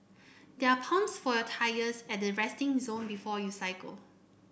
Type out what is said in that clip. there are pumps for your tyres at the resting zone before you cycle